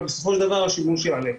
אבל בסופו של דבר השימוש יעלה.